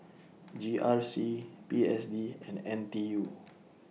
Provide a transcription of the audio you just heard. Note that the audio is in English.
G R C P S D and N T U